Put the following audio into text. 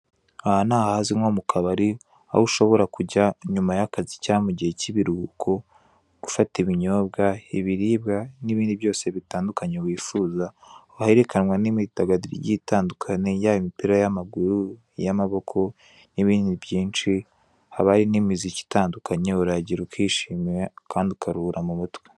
Aha ni ahazwi nko mu kabari aho ushobora kujya nyuma y'akazi cyangwa mugiye k'ibiruhuko gufata ibinyobwa, ibiribwa, n'ibindi byose bitandukanye wifuza, herekanwa n'imyidagaduro igiye itandukanye yaba mipira y'amaguru iy'amaboko n'ibindi byinshi habayo n'imiziki itandukanye urahagera ukishimira kandi ukaruhura mu mutwe.